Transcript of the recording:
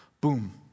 Boom